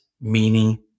meaning